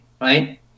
right